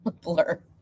Blur